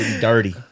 dirty